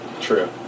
True